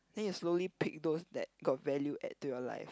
then you slowly pick those that got value add to your life